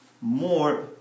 more